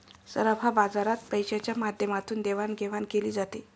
सराफा बाजारात पैशाच्या माध्यमातून देवाणघेवाण केली जाते